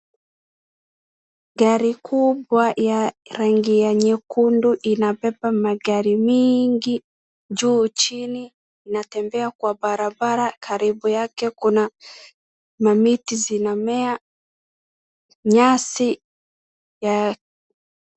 Gari kubwa ya rangi ya nyekundu inabeba magari mingi juu chini. Inatembea kwa barabara karibu yake kuna mamiti zinamea, nyasi ya.